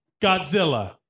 Godzilla